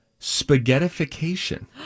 spaghettification